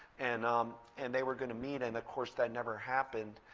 and um and they were going to meet. and course that never happened.